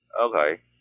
Okay